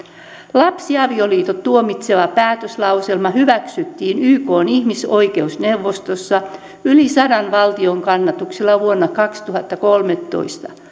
lapsiavioliitot tuomitseva päätöslauselma hyväksyttiin ykn ihmisoikeusneuvostossa yli sadan valtion kannatuksella vuonna kaksituhattakolmetoista